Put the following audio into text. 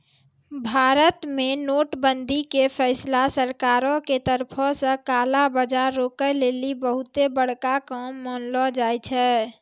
भारत मे नोट बंदी के फैसला सरकारो के तरफो से काला बजार रोकै लेली बहुते बड़का काम मानलो जाय छै